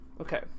Okay